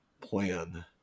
plan